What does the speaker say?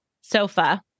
sofa